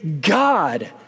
God